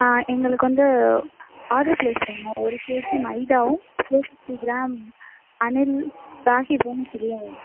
ஆ எங்களுக்கு வந்து order place பண்ணும் ஒரு கேஜி மைதாவும் four fifty gram Anil ragi சுழியன் வேணும்